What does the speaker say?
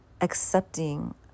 accepting